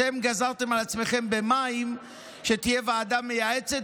אתם גזרתם על עצמכם במים שתהיה ועדה מייעצת